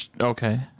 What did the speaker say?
Okay